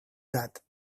that